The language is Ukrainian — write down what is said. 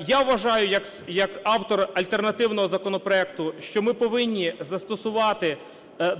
Я вважаю як автор альтернативного законопроекту, що ми повинні застосувати